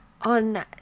on